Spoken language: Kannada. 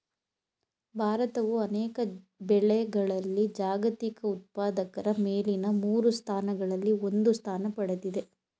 ಭಾರತವು ಅನೇಕ ಬೆಳೆಗಳಲ್ಲಿ ಜಾಗತಿಕ ಉತ್ಪಾದಕರ ಮೇಲಿನ ಮೂರು ಸ್ಥಾನಗಳಲ್ಲಿ ಒಂದು ಸ್ಥಾನ ಪಡೆದಿದೆ